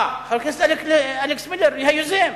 אה, חבר הכנסת אלכס מילר, היוזם.